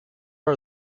are